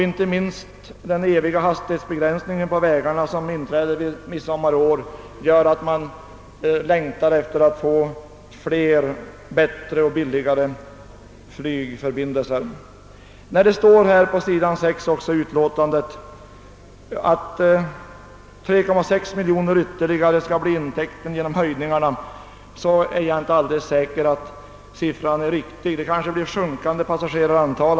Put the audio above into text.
Inte minst den eviga hastighetsbegränsningen på vägarna, som inträder vid midsommar i år, gör att man längtar efter fler, bättre och billigare flygförbindelser. Det står på s. 6 i utlåtandet att intäkterna genom höjningarna skall bli ytterligare 3,6 miljoner, men jag är inte alldeles säker på att den siffran är riktig. Det kanske blir sjunkande passagerarantal.